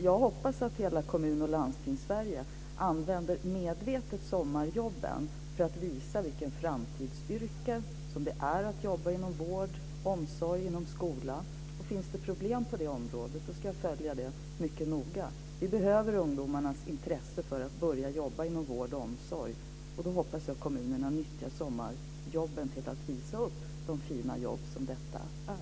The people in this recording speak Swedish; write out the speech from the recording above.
Jag hoppas att hela Kommun och Landstingssverige medvetet använder sommarjobben för att visa vilka framtidsyrken det är att jobba inom vård, omsorg och skola. Finns det problem på det området ska jag följa det mycket noga. Vi behöver ungdomarnas intresse för att börja jobba inom vård och omsorg, och jag hoppas då att kommunerna utnyttjar sommarjobben till att visa upp de fina jobb som detta är.